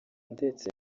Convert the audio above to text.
ndetse